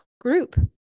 group